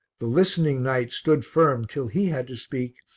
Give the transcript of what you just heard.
the listening knight stood firm till he had to speak,